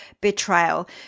betrayal